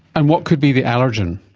and what could be the allergen?